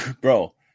bro